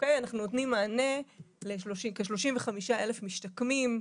אנחנו נותנים מענה לכ-35,000 משתקמים.